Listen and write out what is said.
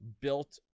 built